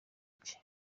cye